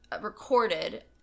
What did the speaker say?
recorded